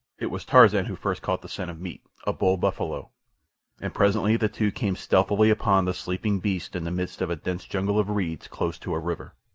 it was tarzan who first caught the scent of meat a bull buffalo and presently the two came stealthily upon the sleeping beast in the midst of a dense jungle of reeds close to a river.